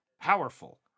powerful